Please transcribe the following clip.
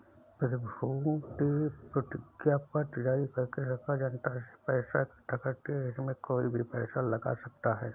प्रतिभूति प्रतिज्ञापत्र जारी करके सरकार जनता से पैसा इकठ्ठा करती है, इसमें कोई भी पैसा लगा सकता है